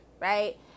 right